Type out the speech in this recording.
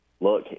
look